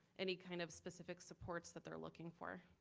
any kind of specific supports that they're looking for.